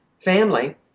family